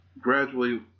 gradually